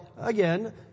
again